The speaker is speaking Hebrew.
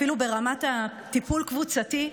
אפילו ברמת הטיפול הקבוצתי,